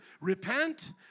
repent